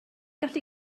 gallu